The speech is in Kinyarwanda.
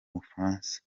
bufaransa